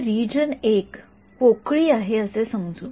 तर रिजन १ पोकळी आहे असे समजू